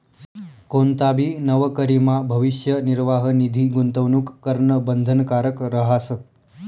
कोणताबी नवकरीमा भविष्य निर्वाह निधी गूंतवणूक करणं बंधनकारक रहास